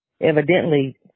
evidently